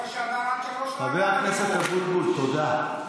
בשבוע שעבר עד שלוש לא ידעת לספור.